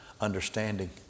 understanding